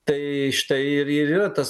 tai štai ir ir yra tas